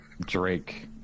Drake